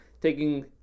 taking